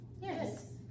Yes